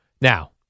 Now